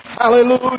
Hallelujah